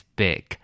big